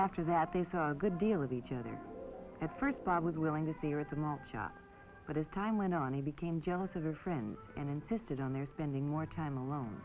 after that they saw a good deal of each other at first bob was willing to see her as a mug shot but as time went on he became jealous of her friend and insisted on their spending more time alone